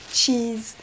cheese